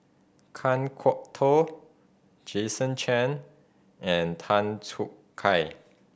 Kan Kwok Toh Jason Chan and Tan Choo Kai